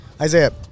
Isaiah